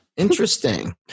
Interesting